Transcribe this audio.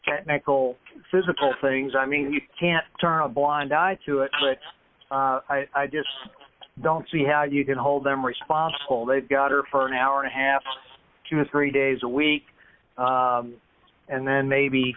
technical physical things i mean you can't turn a blind eye to it but i just don't see how you can hold them responsible they've got or fern hour and a half two or three days a week and then maybe